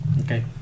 Okay